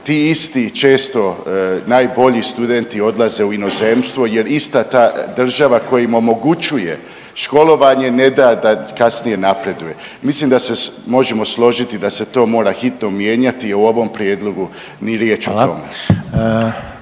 Ti isti često najbolji studenti odlaze u inozemstvo jer ista ta država koja im omogućuje školovanje ne da da kasnije napreduje. Mislim da se možemo složiti da se to mora hitno mijenjati u ovom prijedlogu ni riječ o tome.